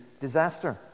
disaster